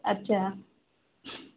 अच्छा